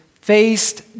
faced